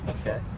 Okay